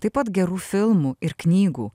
taip pat gerų filmų ir knygų